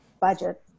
budget